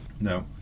no